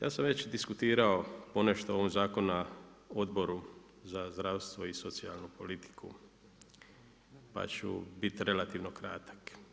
Ja sam već diskutirao ponešto o ovom zakonu na Odboru za zdravstvo i socijalnu politiku pa ću biti relativno kratak.